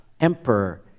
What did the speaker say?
emperor